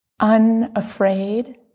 unafraid